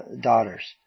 daughters